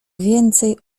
więcej